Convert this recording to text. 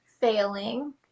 failing